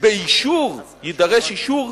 באישור, יידרש אישור,